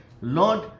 lord